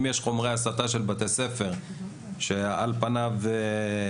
אם יש חומרי הסתה בספרי לימוד בבתי ספר --- הוא